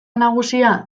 nagusia